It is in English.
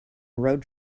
road